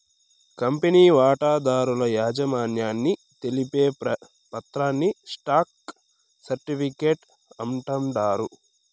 కంపెనీల వాటాదారుల యాజమాన్యాన్ని తెలిపే పత్రాని స్టాక్ సర్టిఫీకేట్ అంటాండారు